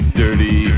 dirty